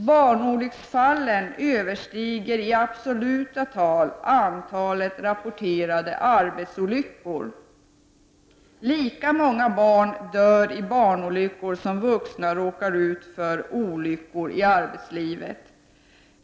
Barnolycksfallen överstiger i absoluta tal antalet rapporterade arbetsolyckor. Lika många barn dör av barnolyckor som antalet vuxna genom olyckor i arbetslivet.